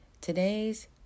Today's